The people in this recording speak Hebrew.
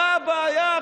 אתה הבעיה,